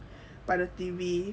by the T_V